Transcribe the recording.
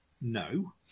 no